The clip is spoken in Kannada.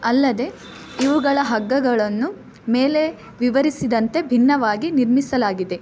ಅಲ್ಲದೇ ಇವುಗಳ ಹಗ್ಗಗಳನ್ನು ಮೇಲೆ ವಿವರಿಸಿದಂತೆ ಭಿನ್ನವಾಗಿ ನಿರ್ಮಿಸಲಾಗಿದೆ